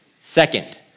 Second